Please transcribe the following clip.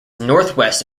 northwest